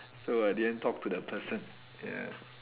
so I didn't talk to that person ya